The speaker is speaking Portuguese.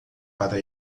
para